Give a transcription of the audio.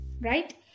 right